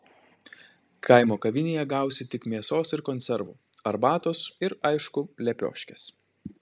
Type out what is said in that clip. kaimo kavinėje gausi tik mėsos ir konservų arbatos ir aišku lepioškės